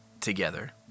together